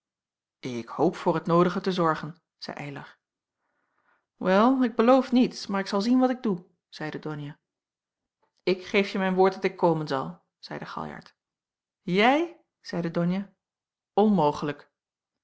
ik hoop voor het noodige te zorgen zeî eylar wel ik beloof niets maar ik zal zien wat ik doe zeide donia ik geef je mijn woord dat ik komen zal zeide aljart ij zeide donia onmogelijk